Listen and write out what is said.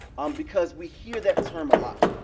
um because we hear that term a lot.